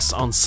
on